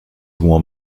warm